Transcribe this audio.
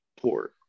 port